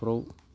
बेफ्राव